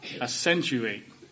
accentuate